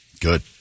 Good